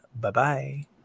Bye-bye